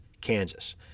kansas